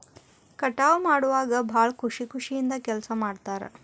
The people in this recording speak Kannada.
ಕಟಾವ ಮಾಡುವಾಗ ಭಾಳ ಖುಷಿ ಖುಷಿಯಿಂದ ಕೆಲಸಾ ಮಾಡ್ತಾರ